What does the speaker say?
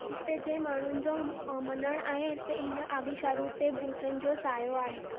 हिते जे माण्हुनि जो मञणु आहे त हिन आबिशारु ते भूतनि जो सायो आहे